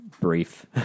Brief